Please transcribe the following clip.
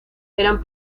eran